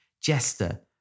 Jester